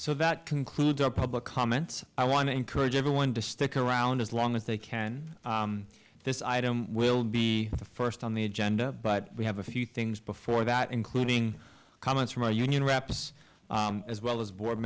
so that concludes our public comment i want to encourage everyone to stick around as long as they can this item will be the first on the agenda but we have a few things before that including comments from our union reps as well as board